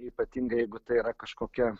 ypatingai jeigu tai yra kažkokia